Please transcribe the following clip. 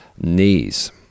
knees